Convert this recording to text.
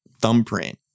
thumbprint